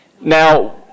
Now